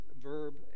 verb